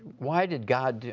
why did god?